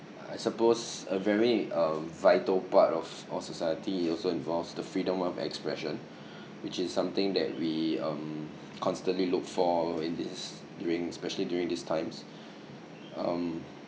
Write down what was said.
I suppose a very uh vital part of our society also involves the freedom of expression which is something that we um constantly look for in this during especially during these times um